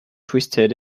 twisted